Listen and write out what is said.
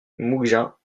mougins